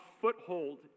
foothold